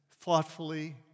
thoughtfully